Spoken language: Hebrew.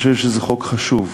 אני חושב שזה חוק חשוב,